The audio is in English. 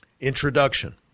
Introduction